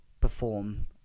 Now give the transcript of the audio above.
perform